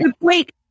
Wait